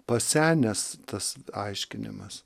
pasenęs tas aiškinimas